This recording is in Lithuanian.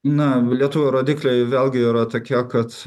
na lietuvių rodikliai vėlgi yra tokie kad